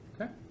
Okay